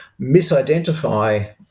misidentify